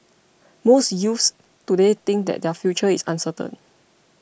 most youths today think that their future is uncertain